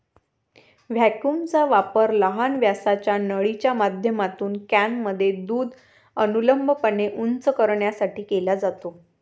व्हॅक्यूमचा वापर लहान व्यासाच्या नळीच्या माध्यमातून कॅनमध्ये दूध अनुलंबपणे उंच करण्यासाठी केला जातो